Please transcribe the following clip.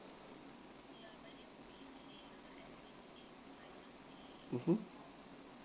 mmhmm